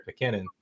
McKinnon